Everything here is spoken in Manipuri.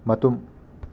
ꯃꯇꯨꯝ